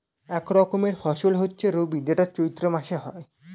এক রকমের ফসল হচ্ছে রবি যেটা চৈত্র মাসে হয়